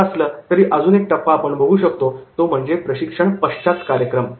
असं असलं तरीही आपण अजून एक टप्पा बघू शकतो तो म्हणजे प्रशिक्षणपश्चात कार्यक्रम